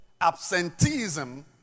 Absenteeism